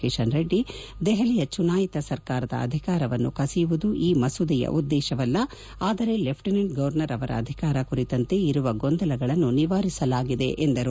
ಕಿಶನ್ ರೆಡ್ಡಿ ದೆಹಲಿಯ ಚುನಾಯಿತ ಸರ್ಕಾರದ ಅಧಿಕಾರನ್ನು ಕಸಿಯುವುದು ಈ ಮಸೂದೆಯ ಉದ್ದೇಶವಲ್ಲ ಆದರೆ ಲೆಫ್ಟಿನೆಂಟ್ ಗವರ್ನರ್ ಅವರ ಅಧಿಕಾರ ಕುರಿತಂತೆ ಇರುವ ಗೊಂದಲಗಳನ್ನು ನಿವಾರಿಸಲಾಗಿದೆ ಎಂದರು